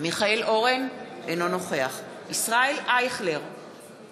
מיכאל אורן, אינו נוכח ישראל אייכלר,